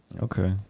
Okay